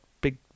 big